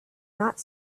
not